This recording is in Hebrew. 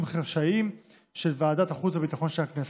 חשאיים של ועדת החוץ והביטחון של הכנסת.